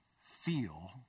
feel